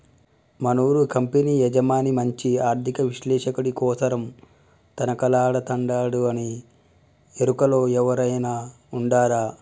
మనూరి కంపెనీ యజమాని మంచి ఆర్థిక విశ్లేషకుడి కోసరం తనకలాడతండాడునీ ఎరుకలో ఎవురైనా ఉండారా